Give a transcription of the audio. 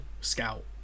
scout